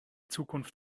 zukunft